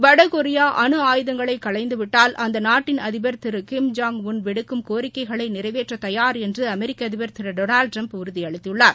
வடகொரியா அனு ஆயுதங்களை களைந்து விட்டால் அந்த நாட்டின் அதிபர் திரு கிம்ஜாங் உள் விடுக்கும் கோரிக்கைகளை நிறைவேற்ற தயார் என்று அமெரிக்க அதிபர் திரு டொனால்டு டிரம்ப் உறுதி அளித்துள்ளார்